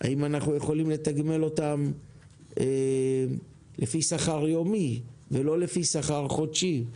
האם אנחנו יכולים לתגמל אותם לפי שכר יומי ולא לפי שכר חודשי,